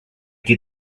qui